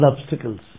obstacles